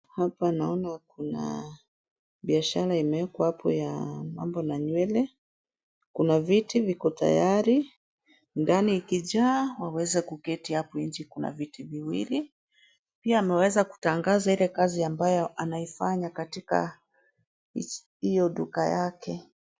Hapa naona kuna biashara imeekwa hapo ya mambo na nywele, kuna viti viko tayari. Ndani ikijaa waweza kuketi hapo nje kuna viti viwili. Pia ameweza kutangaza ile kazi ambayo anaifanya katika hiyo duka yake.